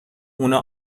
اونا